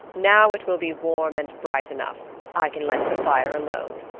now it will be warm and bright enough i can let the fire alone.